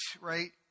right